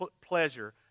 pleasure